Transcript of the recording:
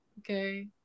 Okay